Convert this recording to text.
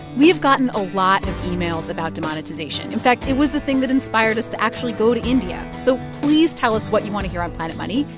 we have gotten a lot of emails about demonetization. in fact, it was the thing that inspired us to actually go to india. so please tell us what you want to hear um planet money.